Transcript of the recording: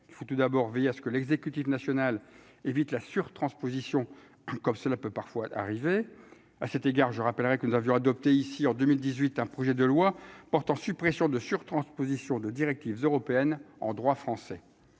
il faut tout d'abord veiller à ce que l'exécutif national et vite la surtransposition comme cela peut parfois arriver à cet égard, je rappellerais que nous avions adopté ici en 2018, un projet de loi portant suppression de surtransposition des directives européennes en droit français,